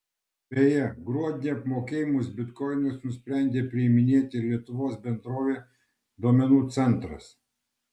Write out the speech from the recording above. beje gruodį apmokėjimus bitkoinais nusprendė priiminėti ir lietuvos bendrovė duomenų centras